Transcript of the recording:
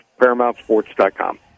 ParamountSports.com